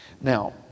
Now